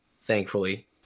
thankfully